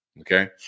Okay